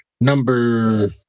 number